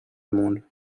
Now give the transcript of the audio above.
monde